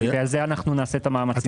נעשה את המאמצים.